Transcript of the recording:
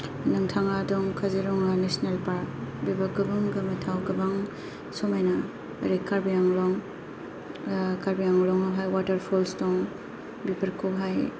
नोंथांआ दं Kaziranga national park बेबो गोबां गोमोथाव गोबां समायना ओरै कार्बि आंलं कार्बि आंलंआवहाय वातारफल्स दं बेफोरखौहाय